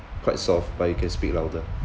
quite soft but you can speak louder